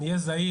אני אהיה זהיר,